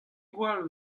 gwall